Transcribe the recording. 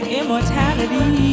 immortality